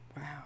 Wow